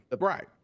Right